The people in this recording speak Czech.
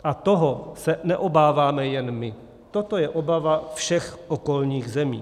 A toho se neobáváme jen my, toto je obava všech okolních zemí.